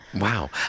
Wow